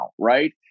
Right